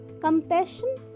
Compassion